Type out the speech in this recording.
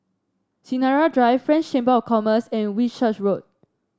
Sinaran Drive French Chamber of Commerce and Whitchurch Road